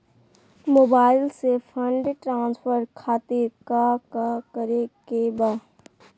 Mobile से fund transfer खातिर काका करे के बा?